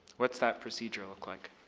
what's that procedure look like?